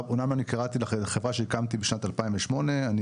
אמנם קראתי לחברה שהקמתי בשנת 2008 שר"פ,